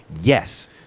Yes